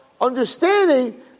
understanding